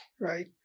right